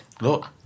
Look